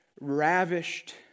ravished